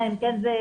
אלא אם זה מזויף.